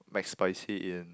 McSpicy in